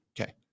Okay